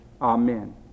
amen